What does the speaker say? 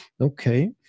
Okay